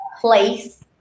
place